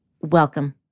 welcome